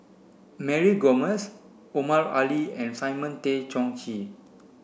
Mary Gomes Omar Ali and Simon Tay Seong Chee